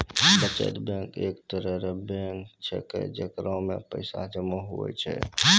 बचत बैंक एक तरह रो बैंक छैकै जेकरा मे पैसा जमा हुवै छै